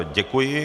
Děkuji.